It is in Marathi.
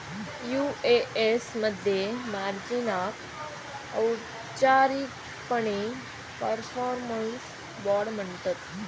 यु.ए.एस मध्ये मार्जिनाक औपचारिकपणे परफॉर्मन्स बाँड म्हणतत